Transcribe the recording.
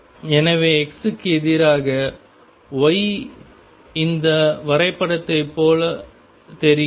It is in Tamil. எனவே X க்கு எதிராக Y இந்த வரைபடத்தைப் போல் தெரிகிறது